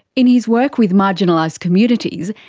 in his work with marginalised communities,